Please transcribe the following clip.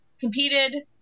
competed